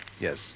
yes